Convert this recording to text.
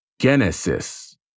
genesis